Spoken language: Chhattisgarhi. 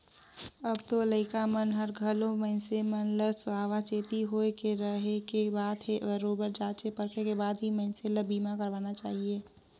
अब तो लइका मन हर घलो मइनसे मन ल सावाचेती होय के रहें के बात हे बरोबर जॉचे परखे के बाद ही मइनसे ल बीमा करवाना चाहिये